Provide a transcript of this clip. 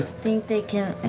ah think they can.